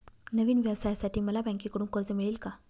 नवीन व्यवसायासाठी मला बँकेकडून कर्ज मिळेल का?